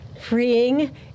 freeing